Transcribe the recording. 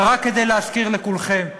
רק כדי להזכיר לכולכם,